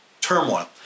turmoil